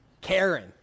Karen